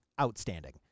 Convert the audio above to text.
outstanding